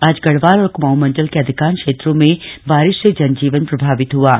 आज गढ़वाल और कुमाऊं मंडल के अधिकांश क्षेत्रों में बारिश से जनजीवन प्रभावित हुआ है